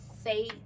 say